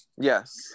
Yes